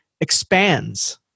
expands